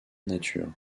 nature